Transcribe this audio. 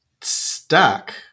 stuck